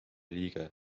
liige